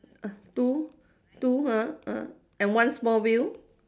two two ha ah and one small wheel